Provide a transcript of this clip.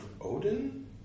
Odin